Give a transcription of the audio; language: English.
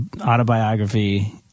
autobiography